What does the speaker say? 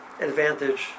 advantage